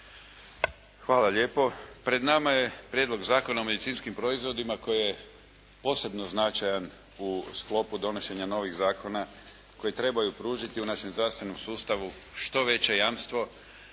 Hvala lijepo. Pred nama je Prijedlog zakona o medicinskim proizvodima koji je posebno značajan u sklopu donošenja novih zakona koji trebaju pružiti u našem zdravstvenom sustavu što veće jamstvo